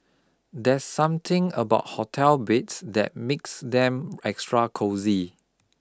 there's something about hotel beds that makes them extra cosy